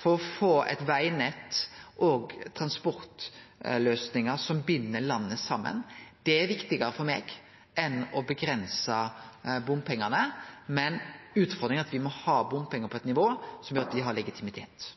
for å få eit vegnett og transportløysingar som bind landet saman. Det er viktigare for meg enn å avgrense bompengane. Men utfordringa er at bompengane må vere på eit nivå som gjer at dei har legitimitet.